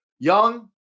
Young